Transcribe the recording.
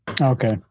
Okay